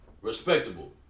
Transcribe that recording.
respectable